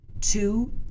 two